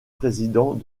président